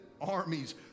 armies